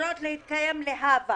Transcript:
אמורות להתקיים להבא,